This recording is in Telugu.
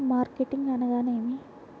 మార్కెటింగ్ అనగానేమి?